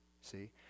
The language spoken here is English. See